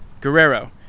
Guerrero